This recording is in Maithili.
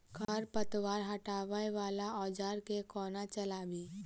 खरपतवार हटावय वला औजार केँ कोना चलाबी?